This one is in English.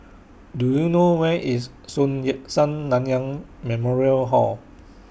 Do YOU know Where IS Sun Yat Sen Nanyang Memorial Hall